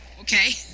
Okay